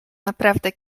naprawdę